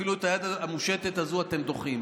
ואפילו את היד המושטת הזו אתם דוחים.